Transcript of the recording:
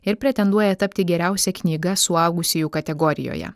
ir pretenduoja tapti geriausia knyga suaugusiųjų kategorijoje